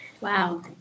Wow